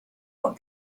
what